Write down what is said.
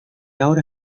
ahora